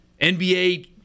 NBA